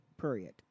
Period